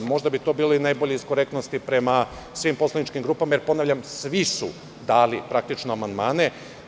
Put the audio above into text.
Možda bi to bilo najbolje iz korektnosti prema svim poslaničkim grupama, jer, ponavljam, svi su dali praktično amandmane.